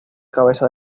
cabeza